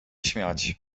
śmiać